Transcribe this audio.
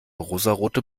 rosarote